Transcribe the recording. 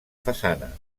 façana